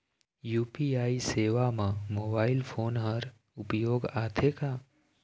UPI सेवा म mobile phone हर उपयोग आथे का?